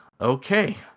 Okay